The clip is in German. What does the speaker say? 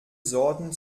sorten